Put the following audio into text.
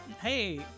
Hey